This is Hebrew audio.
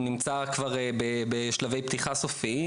הוא נמצא כבר בשלבי פתיחה סופיים,